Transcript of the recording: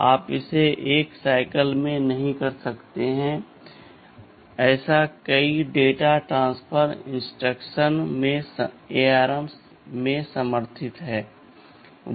आप इसे एक चक्र में नहीं कर सकते ऐसे कई डेटा ट्रांसफर इंस्ट्रक्शन ARM में समर्थित हैं